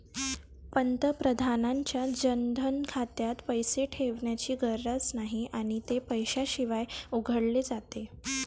पंतप्रधानांच्या जनधन खात्यात पैसे ठेवण्याची गरज नाही आणि ते पैशाशिवाय उघडले जाते